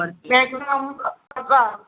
બે ત્રણ હતા